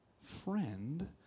friend